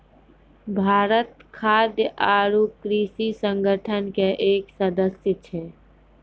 भारत खाद्य आरो कृषि संगठन के एक सदस्य छै